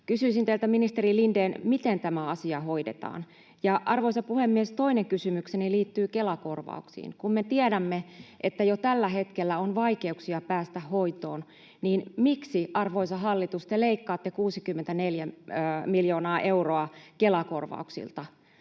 Kysyisin teiltä, ministeri Lindén: miten tämä asia hoidetaan? Arvoisa puhemies! Toinen kysymykseni liittyy Kela-korvauksiin. Kun me tiedämme, että jo tällä hetkellä on vaikeuksia päästä hoitoon, niin miksi, arvoisa hallitus, te leikkaatte 64 miljoonaa euroa Kela-korvauksilta?